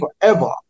forever